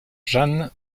jan